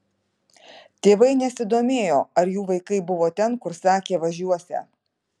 tėvai nesidomėjo ar jų vaikai buvo ten kur sakė važiuosią